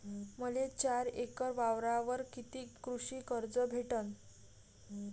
मले चार एकर वावरावर कितीक कृषी कर्ज भेटन?